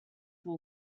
will